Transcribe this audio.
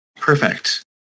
Perfect